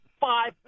five